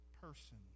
person